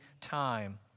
time